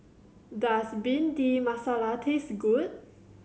does Bhindi Masala taste good